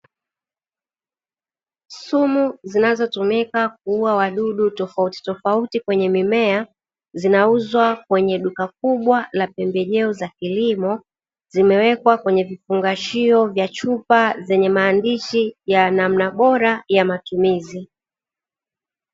Sumu zinazotumika kuua wadudu tofautitofauti kwenye mimea, zinauzwa kwenye duka kubwa la pembejeo za kilimo, zimewekwa kwenye vifungashio vya chupa zenye maandishi ya namna bora ya matumizi.